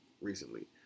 recently